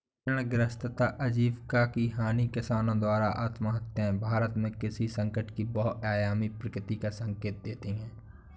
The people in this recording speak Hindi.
ऋणग्रस्तता आजीविका की हानि किसानों द्वारा आत्महत्याएं भारत में कृषि संकट की बहुआयामी प्रकृति का संकेत देती है